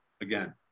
again